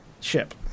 ship